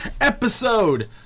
episode